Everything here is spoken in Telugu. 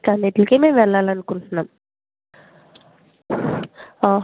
ఫై అంటే ఫైవ్ డేస్ అంటే కొంచెం చూసుకోండి అంటే ఎగ్జామ్స్ ఉన్నాయి కదా ఈ మంత్లో